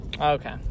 Okay